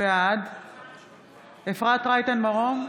בעד אפרת רייטן מרום,